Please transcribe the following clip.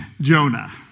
Jonah